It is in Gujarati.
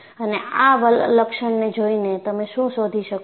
અને આ લક્ષણને જોઈને તમે શું શોધી શકો છો